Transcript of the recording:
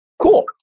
Cool